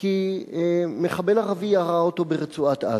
כי מחבל ערבי ירה אותו ברצועת-עזה,